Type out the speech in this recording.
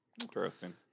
Interesting